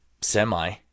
semi